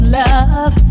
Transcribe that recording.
love